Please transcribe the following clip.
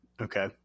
Okay